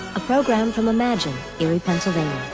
a program from amagin, erie, pennsylvania